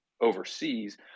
overseas